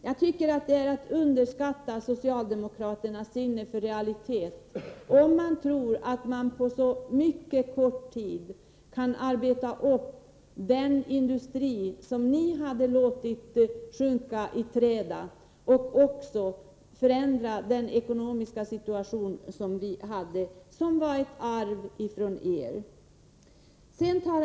Jag tycker att det är att underskatta socialdemokraternas sinne för realiteter, om ni tror att man på mycket kort tid kan arbeta upp den industri som ni tillät läggas i träda och ändra den ekonomiska situation som vi ärvde av er.